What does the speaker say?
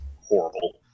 horrible